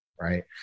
right